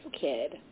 kid